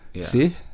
See